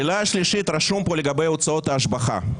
השאלה השלישית, רשום פה לגבי הוצאות ההשבחה,